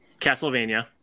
Castlevania